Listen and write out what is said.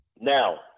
Now